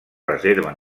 reserva